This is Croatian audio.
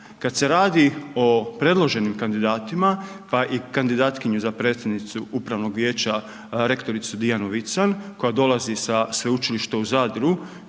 Kad se radi o predloženim kandidatima pa i kandidatkinju za predsjednicu upravnog vijeća, rektoricu Dijanu Vicon koja dolazi sa Sveučilišta u Zadru